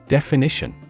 Definition